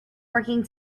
working